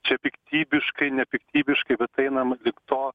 čia piktybiškai nepiktybiškai bet einam link to